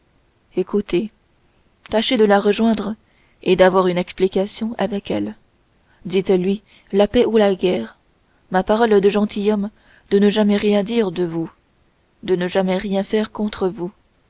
écoutez tâchez de la rejoindre et d'avoir une explication avec elle dites-lui la paix ou la guerre ma parole de gentilhomme de ne jamais rien dire de vous de ne jamais rien faire contre vous